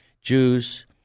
Jews